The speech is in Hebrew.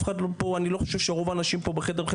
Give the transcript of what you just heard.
אני לא חושב שרוב האנשים פה בחדר בכלל